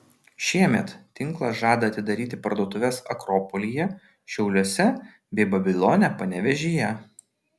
šiemet tinklas žada atidaryti parduotuves akropolyje šiauliuose bei babilone panevėžyje